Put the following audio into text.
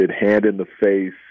hand-in-the-face